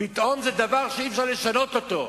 פתאום זה דבר שאי-אפשר לשנות אותו.